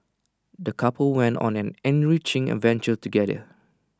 the couple went on an enriching adventure together